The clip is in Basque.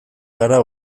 gara